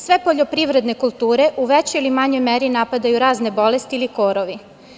Sve poljoprivredne kulture u većoj ili manjoj meri napadaju razne bolesti ili korovi.